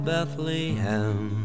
Bethlehem